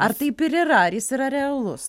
ar taip ir yra ar jis yra realus